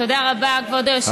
תודה רבה, כבוד היושב-ראש.